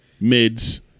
Mids